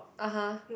(uh huh)